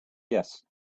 yes